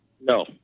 No